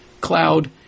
cloud